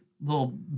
little